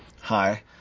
Hi